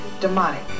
Demonic